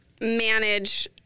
manage